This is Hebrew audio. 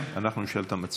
כן, אנחנו נשאל את המציעים.